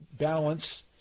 Balance